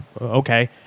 Okay